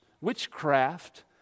witchcraft